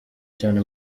cyane